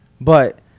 but-